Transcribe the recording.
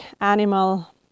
animal